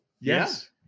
Yes